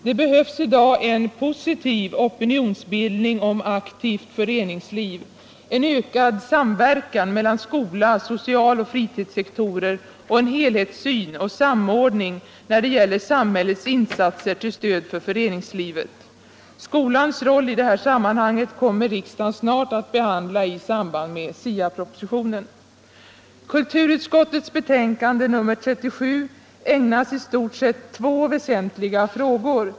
Det behövs i dag en positiv opinionsbildning om aktivt föreningsliv, en ökad samverkan mellan skola, social och fritidssektorer och en helhetssyn och samordning när det gäller samhällets insatser till stöd för föreningslivet. Skolans roll i detta sammanhang kommer riksdagen snart att behandla i samband med SIA-propositionen. Kulturutskottets betänkande nr 37 ägnas i stort sett två väsentliga frågor.